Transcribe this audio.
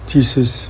Jesus